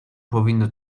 powinno